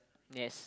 yes